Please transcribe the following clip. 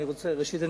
ראשית,